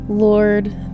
Lord